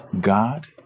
God